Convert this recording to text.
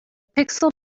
pixel